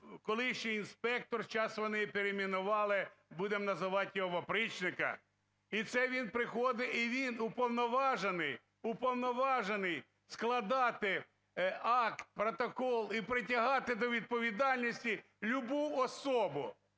колишній інспектор, сейчас вони перейменували, будемо називати його опричника. І це він приходить і він уповноважений, уповноважений складати акт, протокол і притягати до відповідальності любу особу,